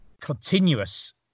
continuous